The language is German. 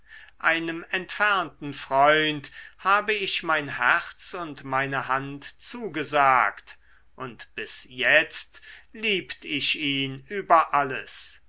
einem entfernten freund habe ich mein herz und meine hand zugesagt und bis jetzt liebt ich ihn über alles